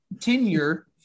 tenure